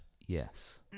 yes